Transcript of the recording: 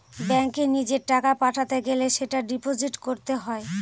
ব্যাঙ্কে নিজের টাকা পাঠাতে গেলে সেটা ডিপোজিট করতে হয়